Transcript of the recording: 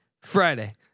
Friday